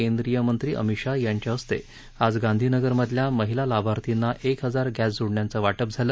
केंद्रीय मंत्री अभित शहा यांच्या हस्ते आज गांधीनगर मधल्या महिला लाभार्थींना एक हजार गस्ती जोडण्यांचं वाटप झालं